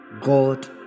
God